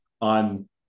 on